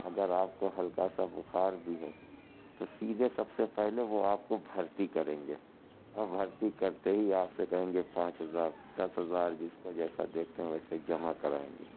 اگر آپ کو ہلکا سا بخار بھی ہے تو سیدھے سب سے پہلے وہ آپ کو بھرتی کریں گے اور بھرتی کرتے ہی آپ سے کہیں گے پانچ ہزار دس ہزار جس کو جیسا دیکھتے ہیں ویسے جمع کرائیں گے